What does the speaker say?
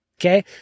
Okay